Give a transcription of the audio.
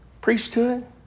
priesthood